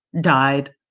died